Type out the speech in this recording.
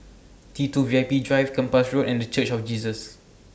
T two V I P Drive Kempas Road and The Church of Jesus